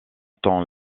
temps